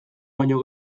baino